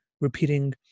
repeating